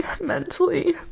mentally